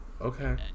okay